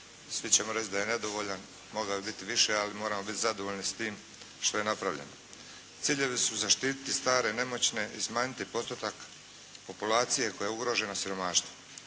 svi ćemo reći da je nedovoljan, moga bi biti više, ali moramo biti zadovoljni s tim što je napravljeno. Ciljevi su zaštiti stare i nemoćne i smanjiti postotak populacije koja je ugrožena siromaštvom.